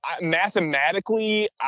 mathematically